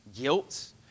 guilt